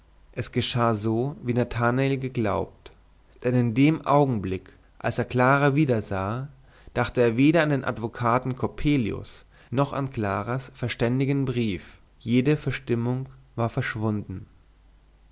es geschah so wie nathanael geglaubt denn in dem augenblick als er clara wiedersah dachte er weder an den advokaten coppelius noch an claras verständigen brief jede verstimmung war verschwunden